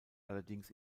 allerdings